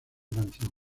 canción